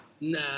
Nah